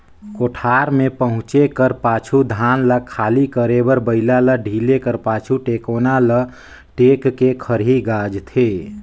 कोठार मे पहुचे कर पाछू धान ल खाली करे बर बइला ल ढिले कर पाछु, टेकोना ल टेक के खरही गाजथे